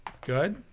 good